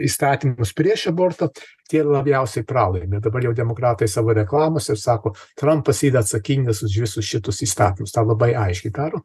įstatymus prieš abortą tie ir labiausiai pralaimi dabar jau demokratai savo reklamose sako trampas yra atsakingas už visus šitus įstatymus tą labai aiškiai daro